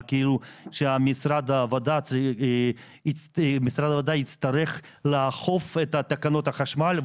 שמשרד העבודה יצטרך לאכוף את תקנות החשמל,